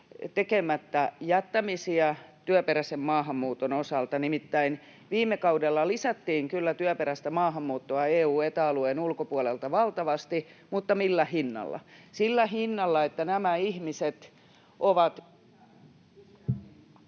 tekemättä jättämisiä työperäisen maahanmuuton osalta. Nimittäin viime kaudella lisättiin kyllä työperäistä maahanmuuttoa EU- ja Eta-alueen ulkopuolelta valtavasti, mutta millä hinnalla? Sillä hinnalla, että nämä ihmiset ovat